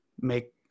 make